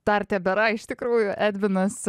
dar tebėra iš tikrųjų edvinas